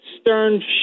Stern